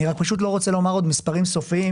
אני פשוט לא רוצה לומר עוד מספרים סופיים,